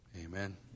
Amen